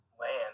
land